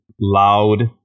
loud